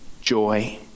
joy